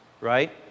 right